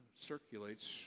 circulates